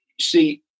See